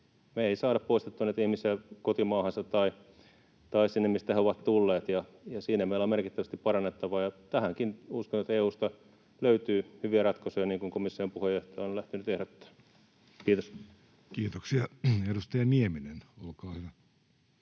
me ei saada poistettua niitä ihmisiä kotimaahansa tai sinne, mistä he ovat tulleet. Siinä meillä on merkittävästi parannettavaa. Tähänkin uskon, että EU:sta löytyy hyviä ratkaisuja, niin kuin komission puheenjohtaja on lähtenyt ehdottamaan. — Kiitos. [Speech